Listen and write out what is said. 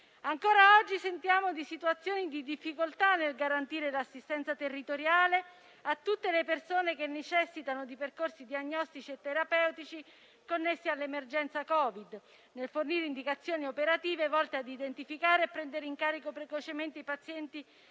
Ancora oggi sentiamo di situazioni di difficoltà nel garantire l'assistenza territoriale a tutte le persone che necessitano di percorsi diagnostici e terapeutici connesse all'emergenza Covid-19; nel fornire indicazioni operative volte ad identificare e prendere in carico precocemente i pazienti